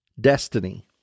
destiny